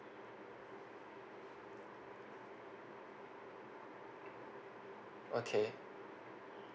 okay